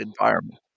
environment